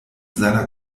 seiner